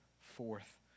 forth